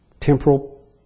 Temporal